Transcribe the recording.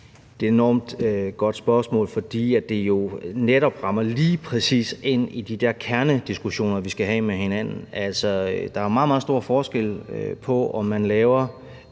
Det er et enormt godt spørgsmål, fordi det jo netop lige præcis rammer ind i de der kernediskussioner, vi skal have med hinanden. Altså, der er meget, meget stor forskel på, om man laver